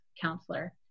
counselor